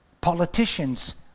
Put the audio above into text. politicians